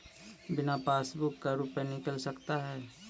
बिना पासबुक का रुपये निकल सकता हैं?